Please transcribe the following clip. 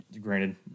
granted